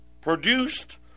produced